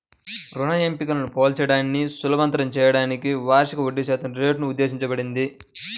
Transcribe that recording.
రుణ ఎంపికలను పోల్చడాన్ని సులభతరం చేయడానికి వార్షిక వడ్డీశాతం రేటు ఉద్దేశించబడింది